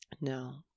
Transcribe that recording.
No